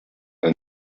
and